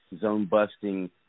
zone-busting